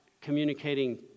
communicating